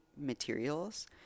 materials